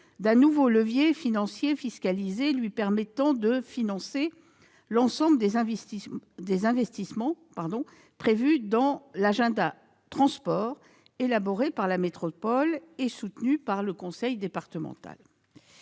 d'un nouveau levier financier fiscalisé lui permettant de financer l'ensemble des investissements prévus dans « l'agenda transports » élaboré par la métropole et soutenu par le conseil départemental.